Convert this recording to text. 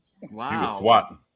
Wow